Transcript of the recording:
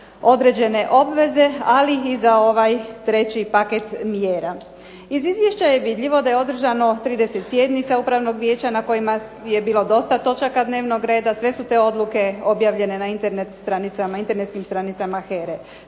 određene obveze, ali i za ovaj treći paket mjera. Iz izvješća je vidljivo da je održano 30 sjednica Upravnog vijeća na kojima je bilo dosta točaka dnevnog reda, sve su te odluke objavljene na internetskim stranicama HERA-e.